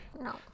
no